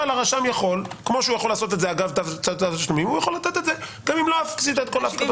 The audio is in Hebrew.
אבל הרשם יכול לתת את זה גם אם לא עשית את כל ההפקדות.